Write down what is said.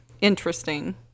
interesting